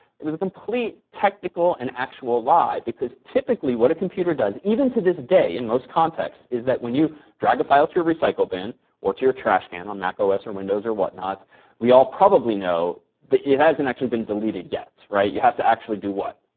it was a complete technical and actual lie because, typically, what a computer does even to this day in most contexts is that when you drag a file to your recycle bin or to your trash can on mac os or windows, or what not we all probably know that it hasn't actually been deleted yet, right? you have to actually do what